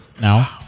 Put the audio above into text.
now